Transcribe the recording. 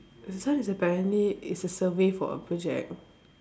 this one is apparently it's a survey for a project